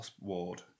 ward